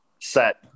set